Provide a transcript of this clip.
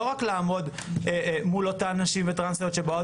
לא רק לעמוד מול אותן נשים וטרנסיות שבאות